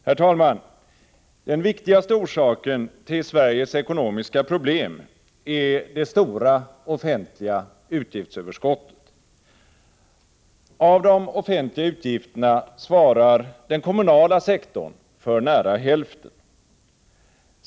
Herr talman! Den viktigaste orsaken till Sveriges ekonomiska problem är det stora offentliga utgiftsöverskottet. Av de offentliga utgifterna svarar den kommunala sektorn för nära hälften.